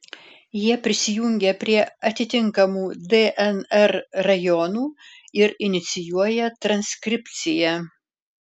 jie prisijungia prie atitinkamų dnr rajonų ir inicijuoja transkripciją